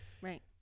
right